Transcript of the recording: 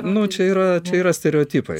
nu čia yra čia yra stereotipai